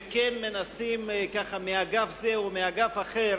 שעדיין מנסים לקחת מאגף זה ומאגף זה,